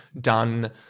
done